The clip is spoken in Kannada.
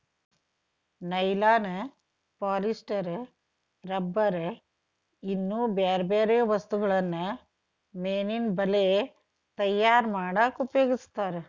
ನೈಲಾನ್ ಪಾಲಿಸ್ಟರ್ ರಬ್ಬರ್ ಇನ್ನೂ ಬ್ಯಾರ್ಬ್ಯಾರೇ ವಸ್ತುಗಳನ್ನ ಮೇನಿನ ಬಲೇ ತಯಾರ್ ಮಾಡಕ್ ಉಪಯೋಗಸ್ತಾರ